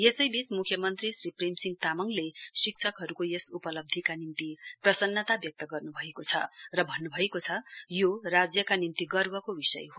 यसैबीच मुख्यमन्त्री श्री प्रेमसिंह तामाङले राज्यका शिक्षकहरूको यस उपलब्धीका निम्ति प्रसन्नता व्यक्त गर्न्भएको छ र भन्न्भएको छ यो रज्यका निम्ति गर्वको विषय हो